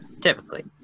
Typically